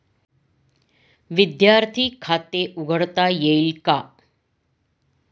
विद्यार्थी खाते उघडता येईल का?